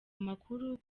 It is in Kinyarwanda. amakuru